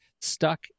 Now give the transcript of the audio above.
stuck